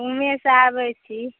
ओने से आबैत छी